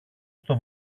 στο